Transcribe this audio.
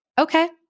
okay